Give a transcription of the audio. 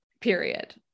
period